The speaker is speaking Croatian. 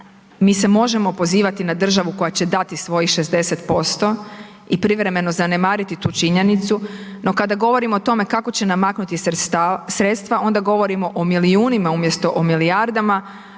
Mi se možemo pozivati na državu koja će dati svojih 60% i privremeno zanemariti tu činjenicu no kada govorimo o tome kako će namaknuti sredstva onda govorimo o milijunima umjesto o milijardama